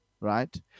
Right